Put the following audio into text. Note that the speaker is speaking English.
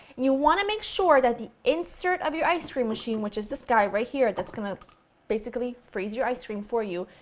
you want to make sure that the insert of your ice cream machine, which is this right here, that's going to basically freeze your ice cream for you,